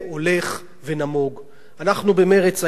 אנחנו ממרצ היינו שלשום ברמאללה,